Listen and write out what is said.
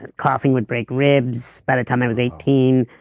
and coughing would break ribs. by the time i was eighteen,